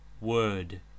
Word